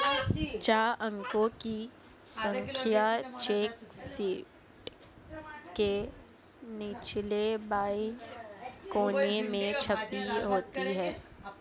छह अंकों की संख्या चेक शीट के निचले बाएं कोने में छपी होती है